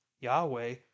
Yahweh